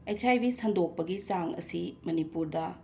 H I B ꯁꯟꯗꯣꯛꯄꯒꯤ ꯆꯥꯡ ꯑꯁꯤ ꯃꯅꯤꯄꯨꯔꯗ